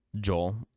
joel